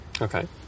Okay